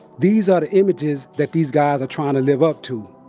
these are the images that these guys are trying to live up to.